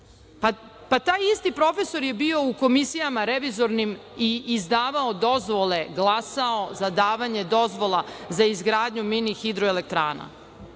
Pa taj isti profesor je bio u revizornim komisijama i izdavao dozvole, glasao za davanje dozvola za izgradnju mini hidroelektrana. Pa,